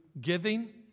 giving